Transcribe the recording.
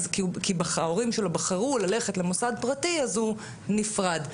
כי ההורים שלו בחרו ללכת למוסד פרטי אז הוא נפרד.